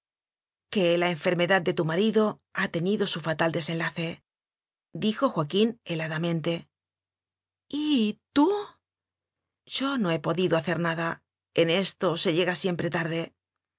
que la enfermedad de tu marido ha te nido su fatal desenlacedijo joaquín hela damente y tú yo no he podido hacer nada en esto se llega siempre tarde